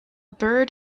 bird